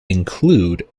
include